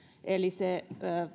eli se